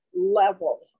level